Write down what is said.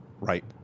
Right